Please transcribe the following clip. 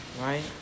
right